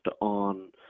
on